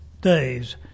days